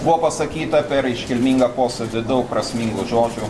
buvo pasakyta per iškilmingą posėdį daug prasmingų žodžių